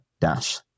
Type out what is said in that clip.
dash